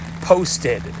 posted